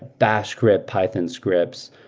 dash script, python scripts.